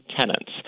tenants